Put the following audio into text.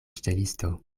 ŝtelisto